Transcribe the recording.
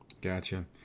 Gotcha